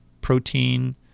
protein